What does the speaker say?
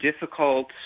difficult